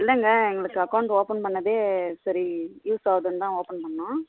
இல்லைங்க எங்களுக்கு account open பண்ணதே சரி யூஸ் ஆகுதுன்னு தான் ஓப்பன் பண்ணிணோம்